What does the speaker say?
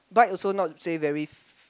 bike also not say very